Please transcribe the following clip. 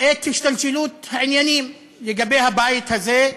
את השתלשלות העניינים לגבי הבית הזה,